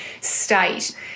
state